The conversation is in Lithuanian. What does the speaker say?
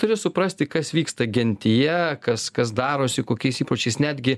turi suprasti kas vyksta gentyje kas kas darosi kokiais įpročiais netgi